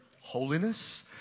holiness